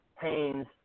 Haynes